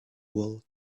whale